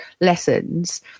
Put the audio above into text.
lessons